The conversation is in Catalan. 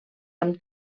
amb